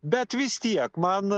bet vis tiek man